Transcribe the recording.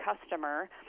customer